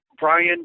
Brian